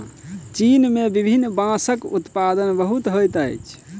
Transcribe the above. चीन में विभिन्न बांसक उत्पादन बहुत होइत अछि